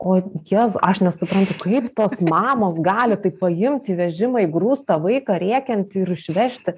o jėzau aš nesuprantu kaip tos mamos gali taip paimti vežimą įgrūst tą vaiką rėkiantį ir išvežti